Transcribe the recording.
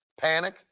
panic